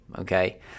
okay